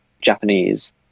Japanese